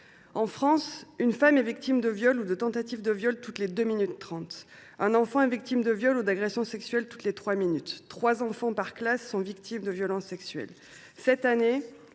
En France, une femme est victime de viol ou de tentative de viol toutes les deux minutes trente, un enfant est victime de viol ou d’agression sexuelle toutes les trois minutes et trois enfants par classe sont victimes de violences sexuelles. Cette année,